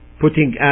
putting